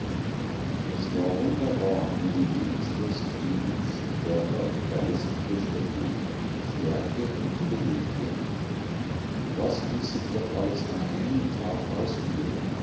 es war wunderbar wie die lebensluft edens körper und geist frisch erhielt stärkte und belebte was ließ sich doch alles an einem tage ausführen